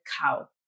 cow